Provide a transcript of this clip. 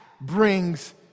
brings